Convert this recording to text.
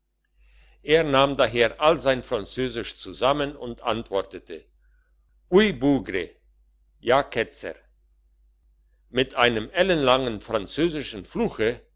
er nahm daher all sein französisch zusammen und antwortete oui bougre ja ketzer mit einem ellenlangen französischen fluche